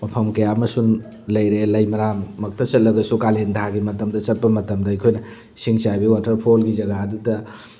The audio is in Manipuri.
ꯃꯐꯝ ꯀꯌꯥ ꯑꯃꯁꯨ ꯂꯩꯔꯦ ꯂꯩꯃꯔꯥꯝ ꯃꯛꯇꯗ ꯆꯠꯂꯒꯁꯨ ꯀꯥꯂꯦꯟꯊꯥꯒꯤ ꯃꯇꯝꯗ ꯆꯠꯄ ꯃꯇꯝꯗ ꯑꯩꯈꯣꯏꯅ ꯏꯁꯤꯡꯆꯥꯏꯕꯤ ꯋꯥꯇꯔꯐꯣꯜꯒꯤ ꯖꯒꯥꯗꯨꯗ